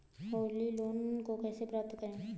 Holi loan को कैसे प्राप्त करें?